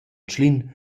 tschlin